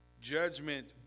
judgment